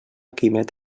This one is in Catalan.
quimet